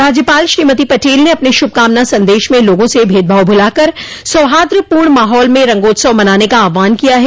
राज्यपाल श्रीमती पटेल ने अपने श्भ कामना सन्देश में लोगों से भेदभाव भुलाकर सौहार्दपूर्ण माहौल में रंगोत्सव मनाने का आहवान किया है